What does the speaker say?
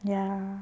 ya